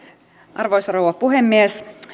arvoisa rouva puhemies